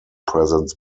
presents